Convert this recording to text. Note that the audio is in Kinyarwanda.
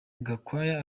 gakwaya